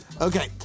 Okay